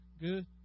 Good